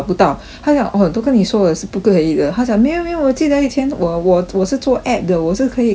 他讲 orh 都跟你说了是不可以的他讲没有没有我记得以前我我我是做 app 的我是可以看得到的